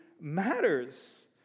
matters